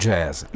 Jazz